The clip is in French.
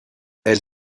elle